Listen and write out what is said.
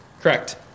Correct